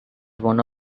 one